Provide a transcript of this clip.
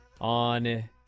on